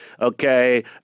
okay